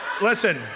listen